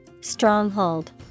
Stronghold